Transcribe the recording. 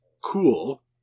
cool